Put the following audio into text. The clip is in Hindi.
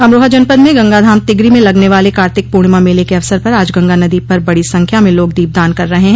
अमरोहा जनपद में गंगाधाम तिगरी में लगने वाले कार्तिक प्रर्णिमा मेले के अवसर पर आज गंगा नदी पर बड़ी संख्या में लोग दीप दान कर रहे हैं